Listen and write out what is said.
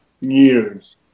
years